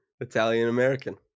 Italian-American